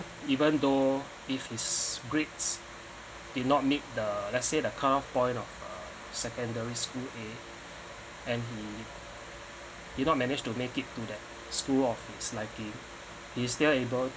even though if his grades did not meet the let's say the cut of point of secondary school a and he did not manage to make it to that school of his likely instead of able